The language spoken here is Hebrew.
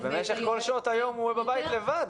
אבל במשך כל שעות היום הוא בבית לבד,